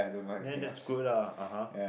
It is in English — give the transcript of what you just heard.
then that's good lah (uh huh)